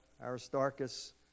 Aristarchus